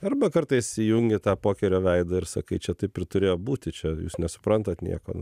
arba kartais įjungi tą pokerio veidą ir sakai čia taip ir turėjo būti čia jūs nesuprantat nieko